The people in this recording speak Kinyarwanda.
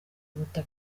kuruta